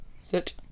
sit